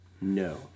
No